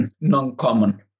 non-common